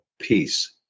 Peace